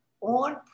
on